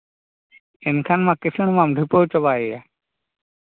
ᱮᱱᱠᱷᱟᱱ ᱠᱤᱥᱟᱹᱲ ᱢᱟᱢ ᱫᱷᱤᱯᱟᱹᱣ ᱪᱟᱵᱟᱭᱮᱭᱟ